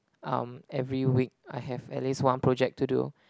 um every week I have at least one project to do